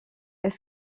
est